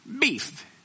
beef